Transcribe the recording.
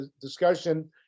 discussion